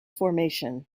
formation